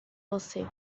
você